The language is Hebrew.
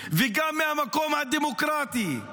וגם מהמקום הדמוקרטי.